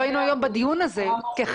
לא היינו בדיון הזה בפרלמנט.